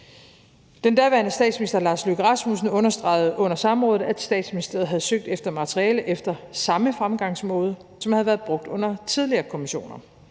Den daværende statsminister, Lars Løkke Rasmussen, understregede under samrådet, at Statsministeriet havde søgt efter materiale efter samme fremgangsmåde, som havde været brugt under tidligere kommissioner,